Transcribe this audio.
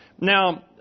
Now